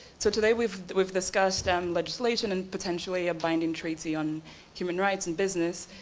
so today we've we've discussed and legislation and potentially a binding treaty on human rights and business,